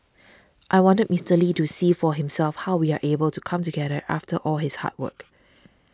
I wanted Mister Lee to see for himself how we are able to come together after all his hard work